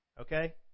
Okay